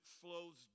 flows